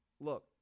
look